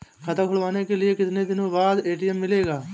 खाता खुलवाने के कितनी दिनो बाद ए.टी.एम मिलेगा?